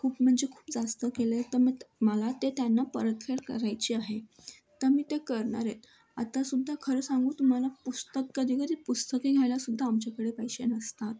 खूप म्हणजे खूप जास्त केलं आहे तर मग तर मला ते त्यांना परतफेड करायची आहे तर ते मी करणार आहे आत्तासुद्धा खरं सांगू तुम्हाला पुस्तक कधी कधी पुस्तके घ्यायलासुद्धा आमच्याकडे पैसे नसतात